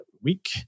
week